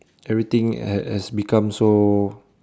everything has has become so